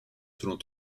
selon